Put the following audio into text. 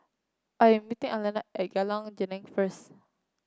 I'm meeting Alayna at Jalan Geneng first